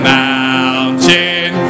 mountain